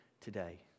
today